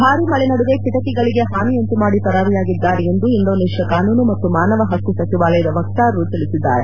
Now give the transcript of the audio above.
ಭಾರೀ ಮಳೆ ನಡುವೆ ಕಿಟಕಿಗಳಿಗೆ ಹಾನಿಯುಂಟು ಮಾಡಿ ಪರಾರಿಯಾಗಿದ್ದಾರೆ ಎಂದು ಇಂಡೋನೇಷ್ಯಾ ಕಾನೂನು ಮತ್ತು ಮಾನವ ಹಕ್ಕು ಸಚಿವಾಲಯದ ವಕ್ಕಾರರು ತಿಳಿಸಿದ್ದಾರೆ